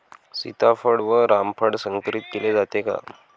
सीताफळ व रामफळ संकरित केले जाते का?